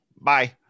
bye